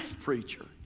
preacher